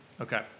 Okay